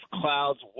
clouds